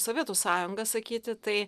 sovietų sąjunga sakyti tai